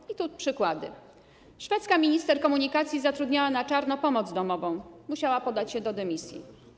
I tu przykłady: szwedzka minister komunikacji zatrudniała na czarno pomoc domową - musiała podać się do dymisji.